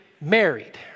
married